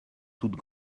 toute